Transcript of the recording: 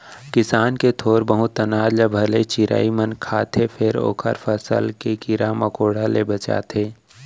किसान के थोर बहुत अनाज ल भले चिरई मन खाथे फेर ओखर फसल के कीरा मकोरा ले बचाथे